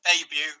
debut